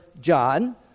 John